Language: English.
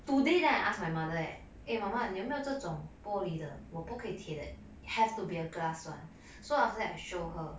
today then I ask my mother eh 妈妈你有没有这种玻璃的我不可以铁的 have to be a glass [one] so after that I show her